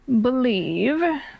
believe